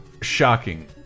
shocking